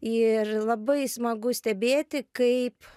ir labai smagu stebėti kaip